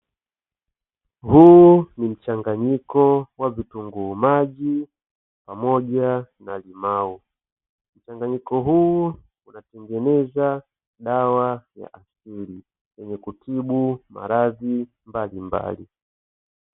Huo ni mchanganyiko wa vitunguu maji pamoja na limao, mchanganyiko huo unatengeneza dawa ya asili yenye kutibu maradhi mbalimbali.